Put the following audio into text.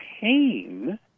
pain